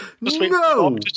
No